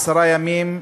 עשרה ימים,